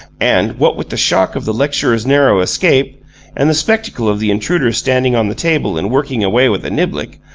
and, what with the shock of the lecturer's narrow escape and the spectacle of the intruder standing on the table and working away with a niblick,